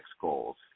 goals